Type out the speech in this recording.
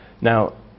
Now